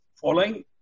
following